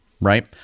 right